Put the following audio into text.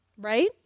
Right